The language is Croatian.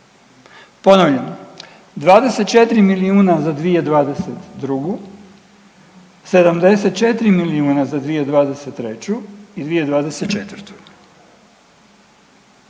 Ponavljam, 24 milijuna za 2022., 74 milijuna 2023. i 2024.